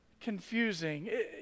confusing